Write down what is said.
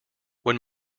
when